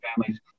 families